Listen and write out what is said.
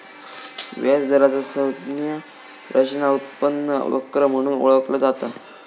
व्याज दराचा संज्ञा रचना उत्पन्न वक्र म्हणून ओळखला जाता